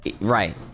Right